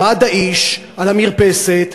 ועמד האיש על המרפסת,